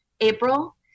April